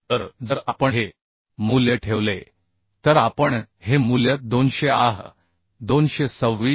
तर जर आपण हे मूल्य ठेवले तर आपण हे मूल्य 200 आह 226